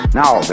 now